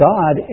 God